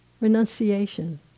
renunciation